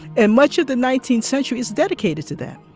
and much of the nineteenth century is dedicated to that,